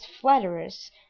flatterers